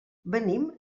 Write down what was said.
venim